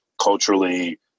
culturally